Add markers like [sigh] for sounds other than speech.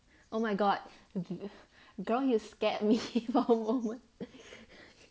oh my god girl you scared me for a moment [laughs]